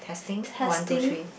testing